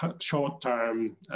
short-term